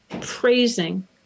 praising